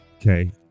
Okay